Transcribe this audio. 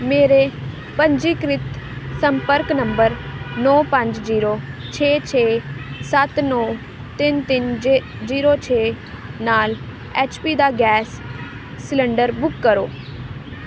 ਮੇਰੇ ਪੰਜੀਕ੍ਰਿਤ ਸੰਪਰਕ ਨੰਬਰ ਨੌਂ ਪੰਜ ਜੀਰੋ ਛੇ ਛੇ ਸੱਤ ਨੌਂ ਤਿੰਨ ਤਿੰਨ ਜੇ ਜੀਰੋ ਛੇ ਨਾਲ ਐਚ ਪੀ ਦਾ ਗੈਸ ਸਿਲੰਡਰ ਬੁੱਕ ਕਰੋ